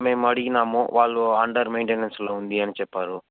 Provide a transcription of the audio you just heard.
మేము అడిగినాము వాళ్ళు అండర్ మెయింటెనెన్సులో ఉంది అని చెప్పారు